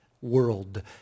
world